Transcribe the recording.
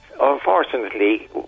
unfortunately